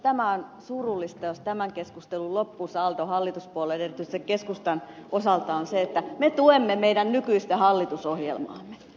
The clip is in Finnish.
tämä on surullista jos tämän keskustelun loppusaldo hallituspuolueiden erityisesti keskustan osalta on se että me tuemme meidän nykyistä hallitusohjelmaamme